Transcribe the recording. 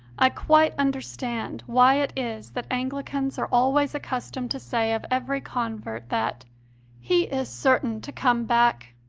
i quite understand why it is that anglicans are always accustomed to say of every convert that he is certain to come back.